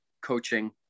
coaching